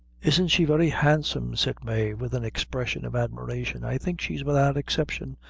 isn't she very handsome? said mave, with an expression of admiration. i think she's without exception,